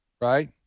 right